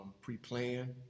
pre-plan